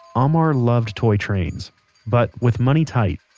amar loved toy trains, but with money tight,